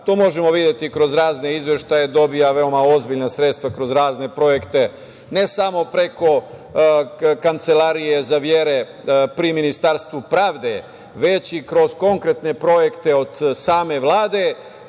to možemo videti kroz razne izveštaje, dobija veoma ozbiljna sredstva kroz razne projekte, ne samo preko Kancelarije za vere pri Ministarstvu pravde, već i kroz konkretne projekte od same Vlade,